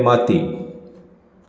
अती थंय माती